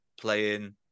playing